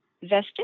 vested